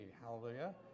hallelujah